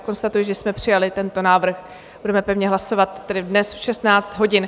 Konstatuji, že jsme přijali tento návrh, budeme pevně hlasovat tedy dnes v 16 hodin.